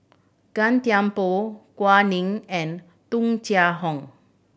Gan Thiam Poh Gao Ning and Tung Chye Hong